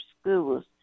schools